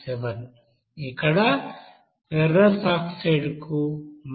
7 ఇక్కడ ferrous oxide కు 64